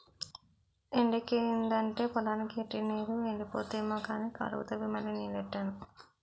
ఎండెక్కిదంటే పొలానికి ఎట్టిన నీరు ఎండిపోద్దేమో అని కాలువ తవ్వి మళ్ళీ నీల్లెట్టాను